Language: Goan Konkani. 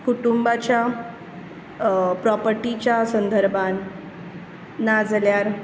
कुटूंबाच्या प्रोपर्टिच्या संदर्भांत ना जाल्यार